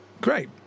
Great